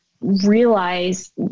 realize